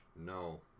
no